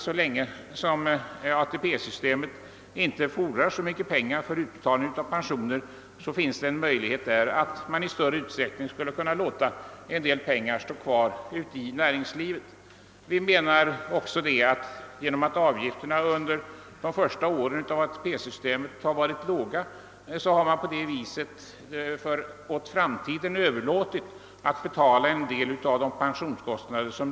Så länge som ATP-systemet inte fordrar så mycket pengar för utbetalning av pensioner, bör man i större utsträckning kunna låta pengar stå kvar ute i näringslivet. Genom att avgifterna under de första åren av ATP systemet varit låga har också på framtiden överlåtits betalandet av en del av pensionskostnaderna.